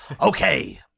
Okay